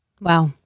Wow